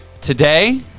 today